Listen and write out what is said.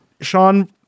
sean